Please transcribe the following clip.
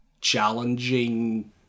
challenging